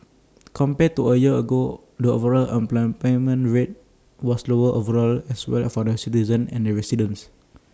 compared to A year ago the overall unemployment rate was lower overall as well as for both citizens and residents